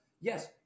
yes